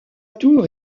tour